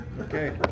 okay